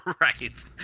right